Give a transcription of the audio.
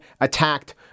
attacked